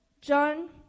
John